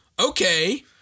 okay